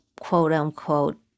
quote-unquote